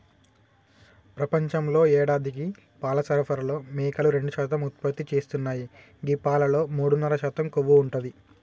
ప్రపంచంలో యేడాదికి పాల సరఫరాలో మేకలు రెండు శాతం ఉత్పత్తి చేస్తున్నాయి గీ పాలలో మూడున్నర శాతం కొవ్వు ఉంటది